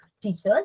teachers